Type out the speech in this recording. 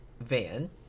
van